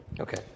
Okay